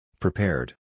Prepared